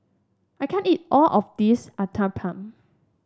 I can't eat all of this Uthapam